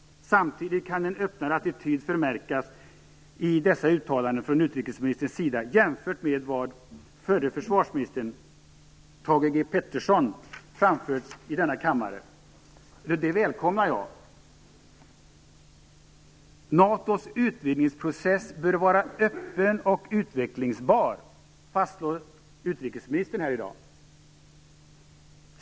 Samtidigt kan en öppnare attityd förmärkas i dessa uttalanden från utrikesministern jämfört med vad förre försvarsministern Thage G Peterson framfört i denna kammare. Det välkomnar jag. "NATO:s utvidgningsprocess bör vara öppen och utvecklingsbar", fastslår utrikesministern här i dag.